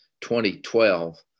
2012